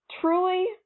truly